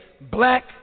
black